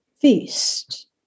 feast